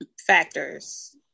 factors